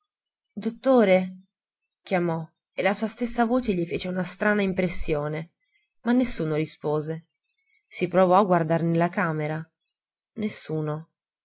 dottore chiamò e la sua stessa voce gli fece una strana impressione ma nessuno rispose si provò a guardar nella camera nessuno